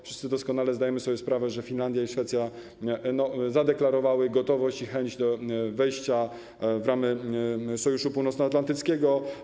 Wszyscy doskonale zdajemy sobie sprawę, że Finlandia i Szwecja zadeklarowały gotowość i chęć wejścia w ramy Sojuszu Północnoatlantyckiego.